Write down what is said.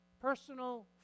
personal